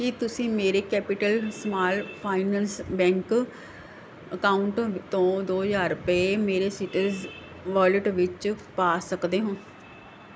ਕੀ ਤੁਸੀਂ ਮੇਰੇ Capital Small Finance Bank account ਤੋਂ ਦੋ ਹਜ਼ਾਰ ਰੁਪਏ ਮੇਰੇ ਸੀਟੀਰਸ ਵੋਇਲਟ ਵਿੱਚ ਪਾ ਸਕਦੇ ਹੋ